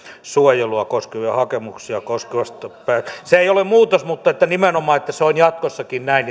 suojelua koskevia hakemuksia koskevasta päätöksenteosta se ei ole muutos mutta nimenomaan on hyvä että se on jatkossakin näin